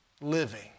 living